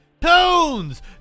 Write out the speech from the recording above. Tones